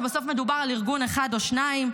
כשבסוף מדובר על ארגון אחד או שניים.